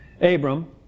Abram